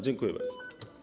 Dziękuję bardzo.